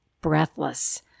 breathless